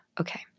okay